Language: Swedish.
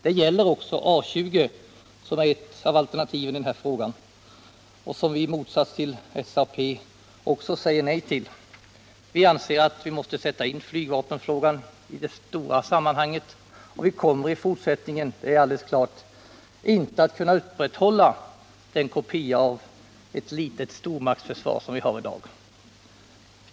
Det gäller också A20, som är ett av alternativen och som vi i motsats till SAP säger nej till. Vi anseratt vi måste sätta in flygvapenfrågan i det stora sammanhanget. Vi kommer i fortsättningen, det är alldeles klart, inte att kunna upprätthålla den kopia av ett litet stormaktsförsvar som vi har i dag.